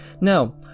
Now